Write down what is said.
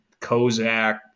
Kozak